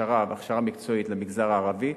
הכשרה והכשרה מקצועית למגזר הערבי,